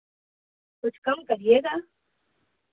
कुछ कम करिएगा